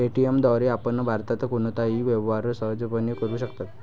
Paytm द्वारे आपण भारतात कोणताही व्यवहार सहजपणे करू शकता